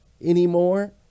anymore